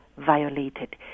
violated